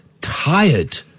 tired